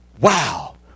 Wow